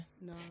No